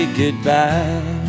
goodbye